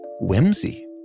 whimsy